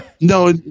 No